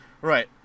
Right